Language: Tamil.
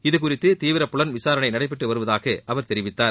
இதுகுறித்து தீவிர புலன் விசாரணை நடைபெற்று வருவதாக அவர் தெரிவித்தார்